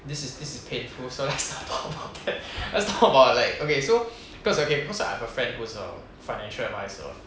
this is this is painful so let's not talk about that let's talk about like okay so cause okay I have a friend who is a financial advisor